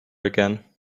again